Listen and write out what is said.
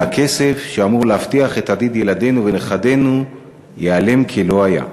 והכסף שאמור להבטיח את עתיד ילדינו ונכדינו ייעלם כלא היה.